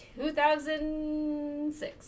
2006